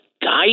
guide